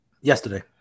Yesterday